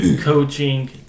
coaching